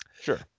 Sure